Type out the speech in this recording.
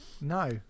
No